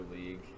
league